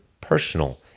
personal